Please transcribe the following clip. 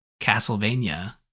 Castlevania